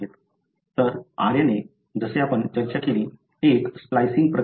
तर RNA जसे आपण चर्चा केली एक स्प्लायसिंग प्रक्रियेतून जाते